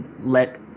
let